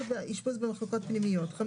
דחוף החוצה מתוך המחלקות הפנימיות את